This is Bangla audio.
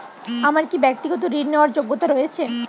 আমার কী ব্যাক্তিগত ঋণ নেওয়ার যোগ্যতা রয়েছে?